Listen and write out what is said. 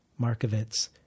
Markovitz